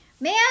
Man